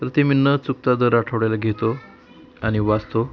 तर ते मी न चुकता दर आठवड्याला घेतो आणि वाचतो